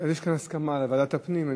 יש כאן הסכמה על ועדת הפנים.